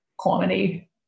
Comedy